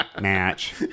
match